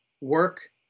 work